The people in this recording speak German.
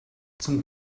zum